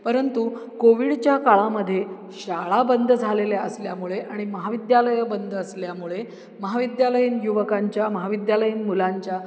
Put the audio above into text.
परंतु कोविडच्या काळामध्ये शाळा बंद झालेल्या असल्यामुळे आणि महाविद्यालयं बंद असल्यामुळे महाविद्यालयीन युवकांच्या महाविद्यालयीन मुलांच्या